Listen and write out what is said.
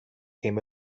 came